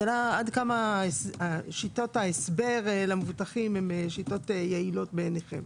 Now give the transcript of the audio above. השאלה עד כמה שיטות ההסבר למבוטחים הן שיטות יעילות בעינכם?